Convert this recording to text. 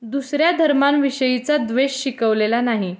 दुसऱ्या धर्मांविषयीचा द्वेष शिकवलेला नाही